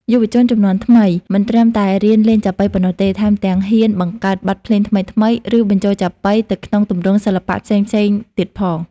យុវជនជំនាន់ថ្មីមិនត្រឹមតែរៀនលេងចាប៉ីប៉ុណ្ណោះទេ ថែមទាំងហ៊ាន បង្កើតបទភ្លេងថ្មីៗ ឬបញ្ចូលចាប៉ីទៅក្នុងទម្រង់សិល្បៈផ្សេងៗទៀតផង។